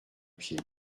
pied